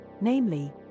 namely